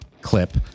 clip